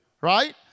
right